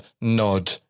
nod